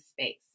space